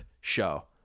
show